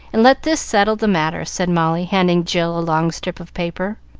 and let this settle the matter, said molly, handing jill a long strip of paper.